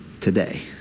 today